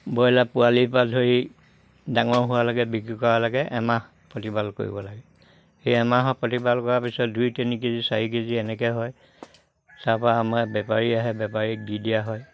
broiler পোৱালিৰ পৰা ধৰি ডাঙৰ হোৱালকে বিক্ৰী কৰালৈকে এমাহ প্ৰতিপালন কৰিব লাগে সেই এমাহৰ প্ৰতিপাল কৰাৰ পিছত দুই তিনি কেজি চাৰি কেজি এনেকে হয় তাৰপৰা আমাৰ বেপাৰী আহে বেপাৰীক দি দিয়া হয়